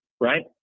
right